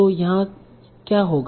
तो यहाँ क्या होगा